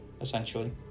essentially